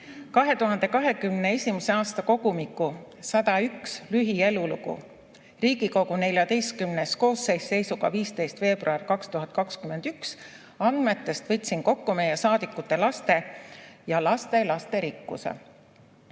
2021. aasta kogumiku "101 lühielulugu", Riigikogu XIV koosseis seisuga 15. veebruar 2021 andmetest võtsin kokku meie saadikute laste ja lastelaste rikkuse.